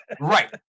right